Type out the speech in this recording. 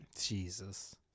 Jesus